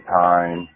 time